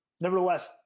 Nevertheless